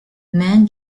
men